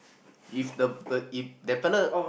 if the per if that fellow